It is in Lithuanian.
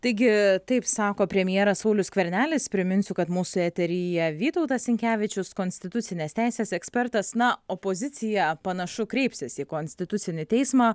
taigi taip sako premjeras saulius skvernelis priminsiu kad mūsų eteryje vytautas sinkevičius konstitucinės teisės ekspertas na opozicija panašu kreipsis į konstitucinį teismą